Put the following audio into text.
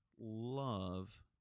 love